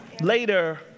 later